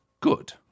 good